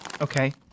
Okay